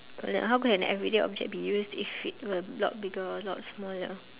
how could an everyday object be used if it were a lot bigger or a lot smaller